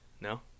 No